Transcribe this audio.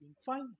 Fine